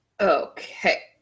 Okay